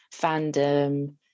fandom